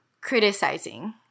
criticizing